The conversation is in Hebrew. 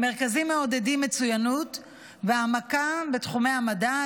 המרכזים מעודדים מצוינות והעמקה בתחומי המדע,